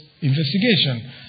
investigation